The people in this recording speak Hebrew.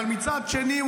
אבל מצד שני,